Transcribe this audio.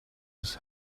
his